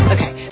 Okay